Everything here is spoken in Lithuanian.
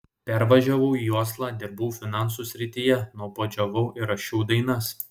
pervažiavau į oslą dirbau finansų srityje nuobodžiavau ir rašiau dainas